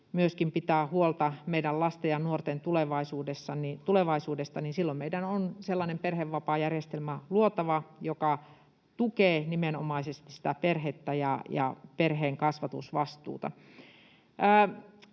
pitää huolta meidän lasten ja nuorten tulevaisuudesta, niin silloin meidän on luotava sellainen perhevapaajärjestelmä, joka tukee nimenomaisesti sitä perhettä ja perheen kasvatusvastuuta.